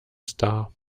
star